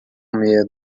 medo